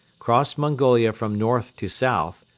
cross mongolia from north to south,